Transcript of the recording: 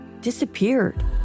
disappeared